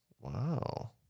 Wow